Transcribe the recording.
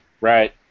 Right